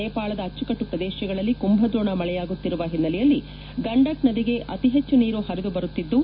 ನೇಪಾಳದ ಅಚ್ಚುಕಟ್ಟು ಪ್ರದೇತಗಳಲ್ಲಿ ಕುಂಭದ್ರೋಣ ಮಳೆಯಾಗುತ್ತಿರುವ ಹಿನ್ನೆಲೆಯಲ್ಲಿ ಗಂಡಕ್ ನದಿಗೆ ಅತಿ ಹೆಚ್ಚು ನೀರು ಹರಿದು ಬರುತ್ತಿದ್ಲು